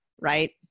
right